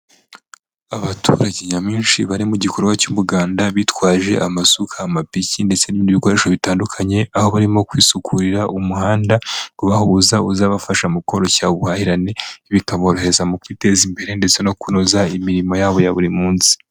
Abaturage nyamwinshi bari mu gikorwa cy'umuganda bitwaje amasuka, amapiki ndetse n'ibindi bikoresho bitandukanye, aho barimo kwisukurira umuhanda ubahuza uzabafasha mu koroshya ubuhahirane, bikaborohereza mu kwiteza imbere ndetse no kunoza imirimo yabo ya buri munsi.